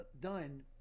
done